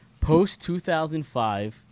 Post-2005